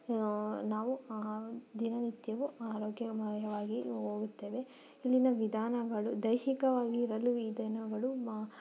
ನಾವು ದಿನನಿತ್ಯವು ಆರೋಗ್ಯಮಯವಾಗಿ ಹೋಗುತ್ತೇವೆ ಇಲ್ಲಿನ ವಿಧಾನಗಳು ದೈಹಿಕವಾಗಿರಲು ವಿಧಾನಗಳು